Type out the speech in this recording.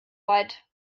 weit